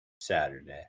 Saturday